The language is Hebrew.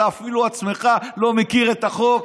אתה עצמך אפילו לא מכיר את החוק.